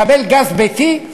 לקבל גז ביתי,